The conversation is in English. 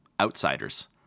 Outsiders